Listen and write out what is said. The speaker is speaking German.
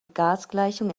gasgleichung